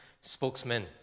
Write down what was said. spokesman